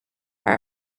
are